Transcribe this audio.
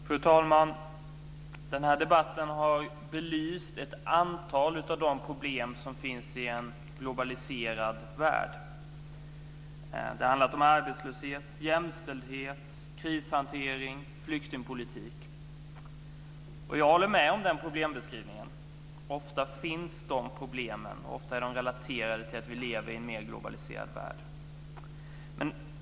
Fru talman! Den här debatten har belyst ett antal av de problem som finns i en globaliserad värld. Det har handlat om arbetslöshet, jämställdhet, krishantering och flyktingpolitik. Jag håller med om den problembeskrivningen. De problemen finns ofta, och ofta är de relaterade till att vi lever i en mer globaliserad värld.